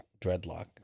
dreadlock